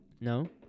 No